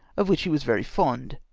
of which he was very fond,